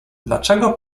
dlaczego